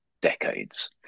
decades